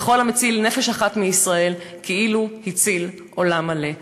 וכל המציל נפש אחת מישראל, כאילו הציל עולם מלא.